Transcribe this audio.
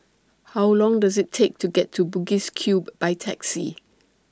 How Long Does IT Take to get to Bugis Cube By Taxi